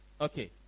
Okay